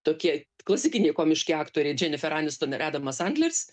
tokie klasikiniai komiški aktoriai dženifer aniston ir adamas sandleris